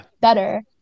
better